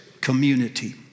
community